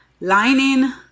lining